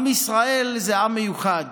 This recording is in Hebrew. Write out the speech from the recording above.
עם ישראל זה עם מיוחד.